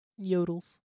Yodels